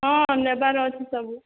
ହଁ ନେବାର୍ ଅଛି ସବୁ